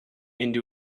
into